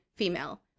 female